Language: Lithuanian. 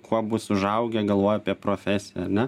kuo bus užaugę galvoja apie profesiją ar ne